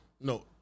No